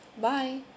Bye